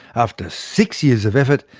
after six years of effort,